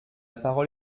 parole